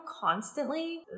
constantly